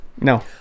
no